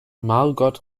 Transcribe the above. margot